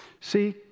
See